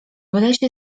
lesie